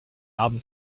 album